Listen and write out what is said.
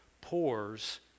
pours